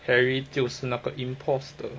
harry 就是那个 imposter